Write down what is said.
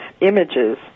images